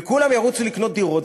וכולם ירוצו לקנות דירות,